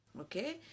Okay